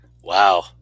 Wow